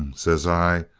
says i,